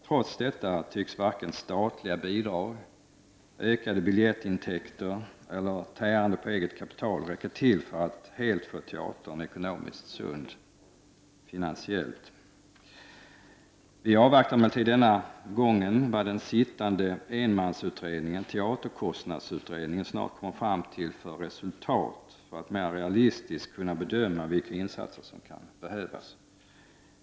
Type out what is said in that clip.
Trots detta tycks varken statliga bidrag, ökade biljettintäkter eller tärande på eget kapital räcka till för att helt göra teatern ekonomiskt sund. Vi avvaktar emellertid denna gång vilka resultat den sittande enmansutredningen, teaterkostnadsutredningen, snart kommer fram till för att vi mera realistiskt skall kunna bedöma vilka insatser som kan behövas.